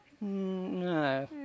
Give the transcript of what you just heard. No